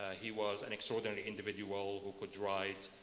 he was an extraordinary individual who could write.